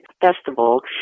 Festival